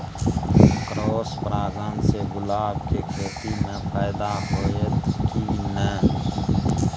Cross परागण से गुलाब के खेती म फायदा होयत की नय?